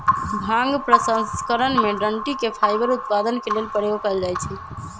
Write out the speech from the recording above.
भांग प्रसंस्करण में डनटी के फाइबर उत्पादन के लेल प्रयोग कयल जाइ छइ